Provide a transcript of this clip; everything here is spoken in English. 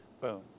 boom